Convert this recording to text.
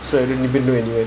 hmm